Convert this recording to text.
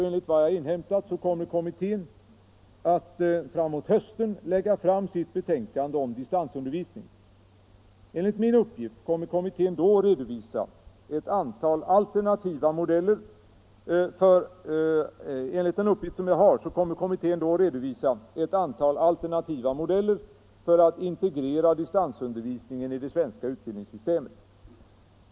Enligt vad jag inhämtat kommer kommittén att framåt hösten lägga fram sitt betänkande om distansundervisning. Enligt uppgift kommer kommittén då att redovisa ett antal alternativa modeller för att integrera distansundervisning i det svenska utbildningssystemet.